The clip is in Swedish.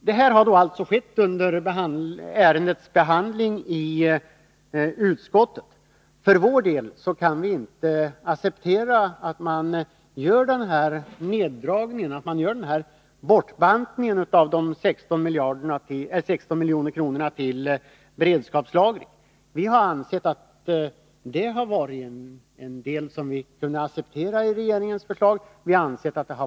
Det här har alltså skett under ärendets behandling i utskottet. För vår del kan vi inte acceptera en bortbantning av dessa 16 miljoner till beredskapslagring. Vi har ansett att detta var någonting i regeringsförslaget som vi kunde acceptera.